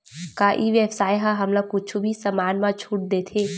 का ई व्यवसाय ह हमला कुछु भी समान मा छुट देथे?